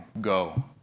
go